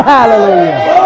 Hallelujah